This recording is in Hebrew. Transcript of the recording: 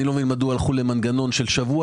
אני לא מבין מדוע הלכו למנגנון ששבוע